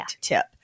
tip